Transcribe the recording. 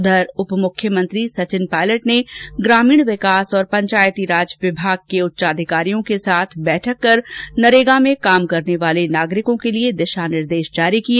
उधर उपमुख्यमंत्री सचिन पायलट ने ग्रामीण विकास और पंचायती राज विभाग के उच्च अधिकारियों के साथ बैठक कर नरेगा में काम करने वाले नागरिकों के लिए भी दिशा निर्देश जारी किए